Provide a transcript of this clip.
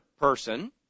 person